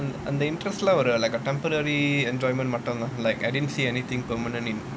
அந்த:antha interest lah like a temporary enjoyment மட்டும் தான்:mattum thaan like I didn't see anything permanent in